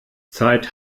zeit